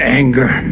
anger